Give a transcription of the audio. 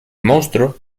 monstruo